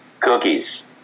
Cookies